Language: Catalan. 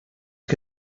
que